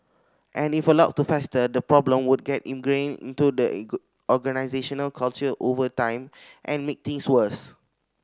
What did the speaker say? and if allowed to fester the problem would get ingrained into the organisational culture over time and make things worse